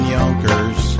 Yonkers